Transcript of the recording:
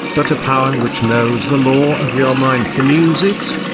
but a power which knows the law of your mind can use it.